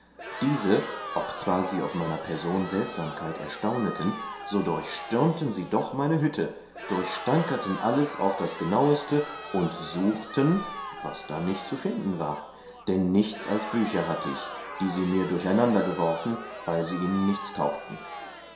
diese obzwar sie ob meiner person seltsamkeit erstauneten so durchstürmten sie doch meine hütte durchstankerten alles auf das genaueste und suchten was da nicht zu finden war dann nichts als bücher hatte ich die sie mir durcheinander geworfen weil sie ihnen nichts taugten